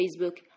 Facebook